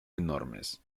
enormes